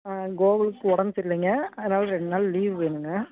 கோகுலுக்கு உடம் சரிலிங்க அதனால் ரெண்டு நாள் லீவ் வேணுங்க